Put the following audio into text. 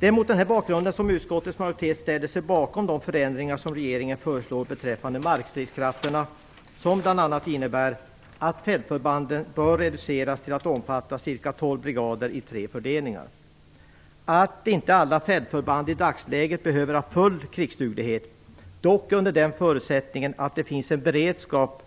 Det är mot den bakgrunden som utskottets majoritet ställer sig bakom de förändringar som regeringen föreslår beträffande markstridskrafterna och som bl.a. innebär att fältförbanden bör reduceras till att omfatta cirka tolv brigader i tre fördelningar och inte att alla fältförband i dagsläget behöver ha full krigsduglighet, dock under den förutsättningen att det finns en beredskap